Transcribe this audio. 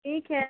ठीक है